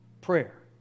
prayer